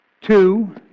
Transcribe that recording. two